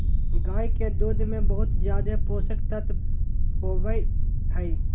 गाय के दूध में बहुत ज़्यादे पोषक तत्व होबई हई